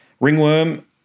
Ringworm